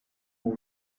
more